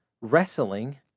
wrestling